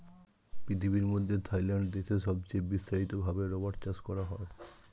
পৃথিবীর মধ্যে থাইল্যান্ড দেশে সবচে বিস্তারিত ভাবে রাবার চাষ করা হয়